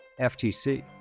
FTC